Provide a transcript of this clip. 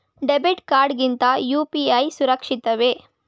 Debit card ಗಿಂತ UPI ಸುರಕ್ಷಿತವೇ?